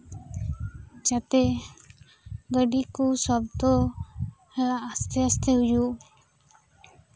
ᱡᱟᱛᱮ ᱜᱟᱹᱰᱤ ᱠᱩ ᱥᱚᱵᱫᱚ ᱨᱮᱱᱟᱜ ᱟᱥᱛᱮᱼᱟᱥᱛᱮ ᱦᱩᱭᱩᱜ